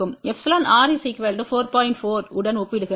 4 உடன்ஒப்பிடுக